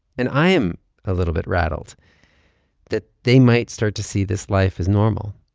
and i am a little bit rattled that they might start to see this life as normal